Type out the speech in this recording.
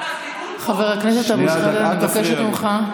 חבר הכנסת אבו שחאדה, אני מבקשת ממך,